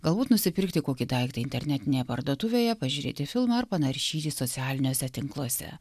galbūt nusipirkti kokį daiktą internetinėje parduotuvėje pažiūrėti filmą ar panaršyti socialiniuose tinkluose